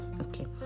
Okay